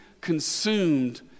consumed